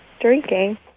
drinking